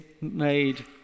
made